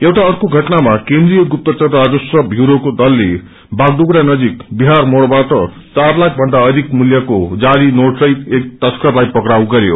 एउटा अर्को षअनामा केन्द्रिय गुप्तचर राजस्व व्यूरोको दलले बाषडुग्रा नजिक बिहार बोड़बाट चार लाखभन्दा अधिक मुल्यको जाली नोटसहित एक तस्करलाई पक्राउ गरयो